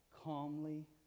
calmly